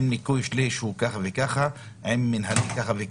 עם ניכוי שליש הוא ככה וככה, עם מינהלי ככה וככה.